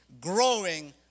growing